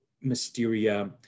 Mysteria